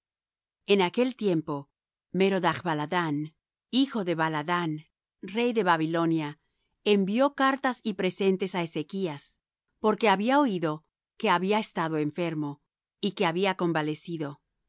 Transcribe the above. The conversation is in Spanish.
en aquel tiempo merodachbaladán hijo de baladán rey de babilonia envió cartas y presentes á ezechas porque había oído que había estado enfermo y que había convalecido